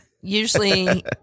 usually